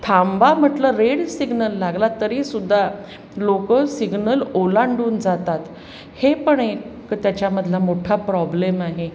थांबा म्हटलं red signal लागला तरीसुद्धा लोकं सिग्नल ओलांडून जातात हे पण एक त्याच्यामधला मोठा प्रॉब्लेम आहे